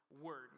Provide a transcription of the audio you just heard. word